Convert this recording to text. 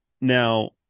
Now